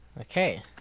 Okay